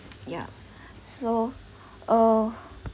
yeah so uh